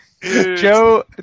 Joe